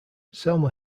selma